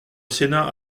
sénat